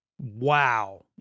Wow